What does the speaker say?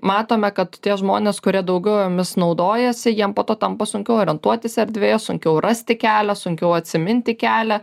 matome kad tie žmonės kurie daugiau jomis naudojasi jiem po to tampa sunkiau orientuotis erdvėje sunkiau rasti kelią sunkiau atsiminti kelią